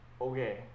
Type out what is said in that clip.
okay